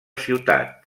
ciutat